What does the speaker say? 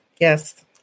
yes